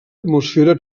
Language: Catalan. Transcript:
atmosfera